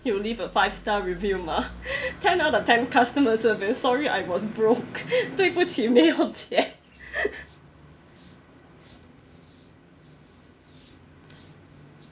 you will leave a five star review mah ten out of ten customer service sorry I was broke 对不起没有钱